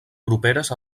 properes